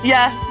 Yes